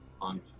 on